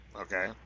Okay